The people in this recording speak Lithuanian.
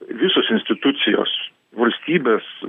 visos institucijos valstybės